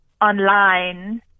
online